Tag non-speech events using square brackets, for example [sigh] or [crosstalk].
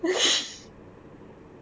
[laughs]